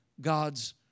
God's